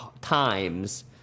times